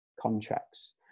contracts